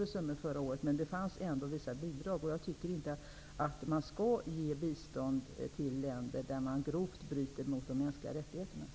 Det var förra året visserligen inte några större summor, men jag tycker inte att vi skall ge bistånd till länder där man grovt bryter mot de mänskliga rättigheterna.